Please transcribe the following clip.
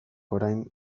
orain